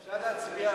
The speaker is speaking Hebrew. אפשר להצביע?